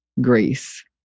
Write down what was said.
grace